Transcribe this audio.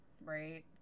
right